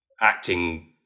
acting